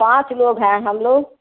पाँच लोग हैं हम लोग